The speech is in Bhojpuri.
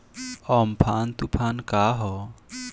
अमफान तुफान का ह?